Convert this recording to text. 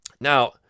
Now